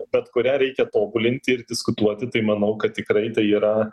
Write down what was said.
bet kurią reikia tobulinti ir diskutuoti tai manau kad tikrai tai yra